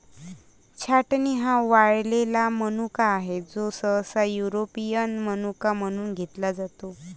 छाटणी हा वाळलेला मनुका आहे, जो सहसा युरोपियन मनुका पासून घेतला जातो